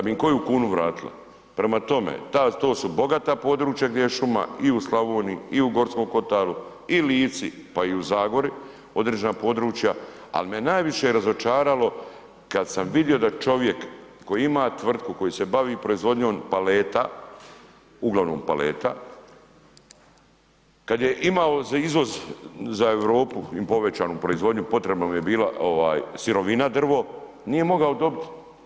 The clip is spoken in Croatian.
Prema tome, to su bogata područja gdje je šuma i u Slavoniji i u Gorskom kotaru i u Lici, pa i u Zagori određena područja, ali me najviše razočaralo kada sam vidio da čovjek koji ima tvrtku koji se bavi proizvodnjom paleta, uglavnom paleta, kada je imao za izvoz za Europu povećanu proizvodnju potrebna mu je bila sirovina drvo, nije mogao dobiti.